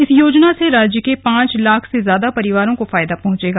इस योजना से राज्य के पांच लाख से ज्यादा परिवारों को फायदा पहुंचेगा